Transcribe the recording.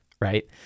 right